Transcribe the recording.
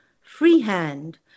freehand